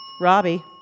Robbie